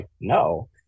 No